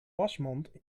wasmand